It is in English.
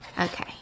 Okay